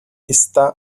está